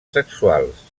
sexuals